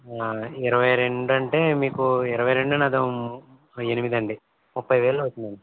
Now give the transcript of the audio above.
ఇరవై రెండు అంటే మీకు ఇరవై రెండు అదో ఎనిమిది అండి ముప్పై వేలు అవుతుందండి